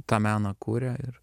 tą meną kuria ir